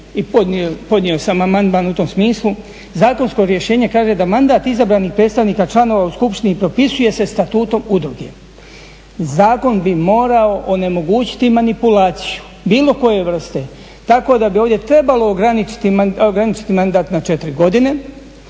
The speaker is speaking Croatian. i podnio sam amandman u tom smislu, zakonsko rješenje kaže da mandat izabranih predstavnika članova u skupštini propisuje se statutom udruge. Zakon bi morao onemogućiti manipulaciju bilo koje vrste. Tako da bi ovdje trebalo ograničiti mandat na 4 godine